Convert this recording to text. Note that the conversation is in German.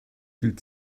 viel